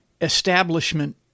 establishment